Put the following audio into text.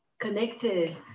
connected